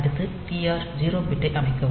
அடுத்து TR 0 பிட்டை அமைக்கவும்